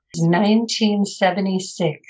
1976